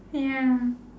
ya